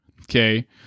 Okay